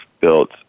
built